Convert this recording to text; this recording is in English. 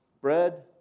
Bread